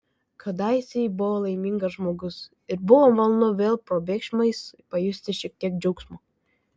kadaise ji buvo laimingas žmogus ir buvo malonu vėl probėgšmais pajusti šiek tiek džiaugsmo